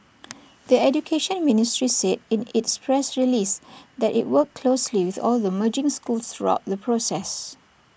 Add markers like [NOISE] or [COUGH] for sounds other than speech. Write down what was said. [NOISE] the Education Ministry said in its press release that IT worked closely with all the merging schools throughout the process